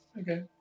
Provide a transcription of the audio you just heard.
Okay